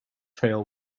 trail